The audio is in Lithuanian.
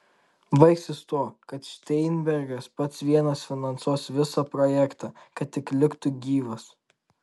baigsis tuo kad šteinbergas pats vienas finansuos visą projektą kad tik liktų gyvas